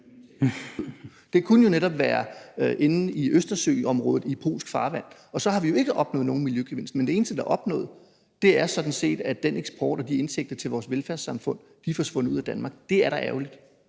det kunne netop være inde i Østersøområdet i polsk farvand. Så har vi jo ikke opnået nogen miljøgevinst, men det eneste, der er opnået, er sådan set, at den eksport og de indtægter til vores velfærdssamfund er forsvundet ud af Danmark. Det er da ærgerligt.